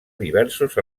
diversos